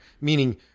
meaning